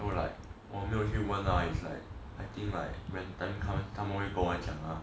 know like 我没有去问 lah it's like I think like when time comes 他们会跟我讲 lah